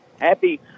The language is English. Happy